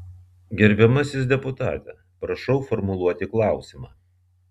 gerbiamasis deputate prašau formuluoti klausimą